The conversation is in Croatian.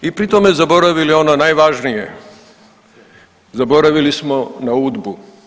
I pri tome zaboravili ono najvažnije, zaboravili smo na UDBU.